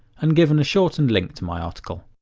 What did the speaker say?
and given a shortened link to my article.